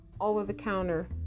over-the-counter